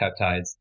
peptides